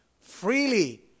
freely